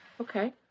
Okay